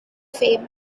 fame